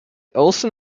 olson